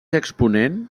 exponent